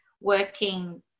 working